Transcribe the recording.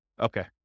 Okay